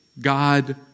God